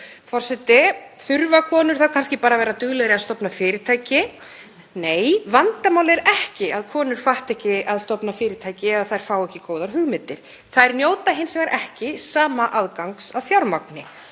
Þurfa konur þá kannski bara að vera duglegri að stofna fyrirtæki? Nei. Vandamálið er ekki að konur fatti ekki að stofna fyrirtæki eða að þær fái ekki góðar hugmyndir. Þær njóta hins vegar ekki sama aðgangs að fjármagni.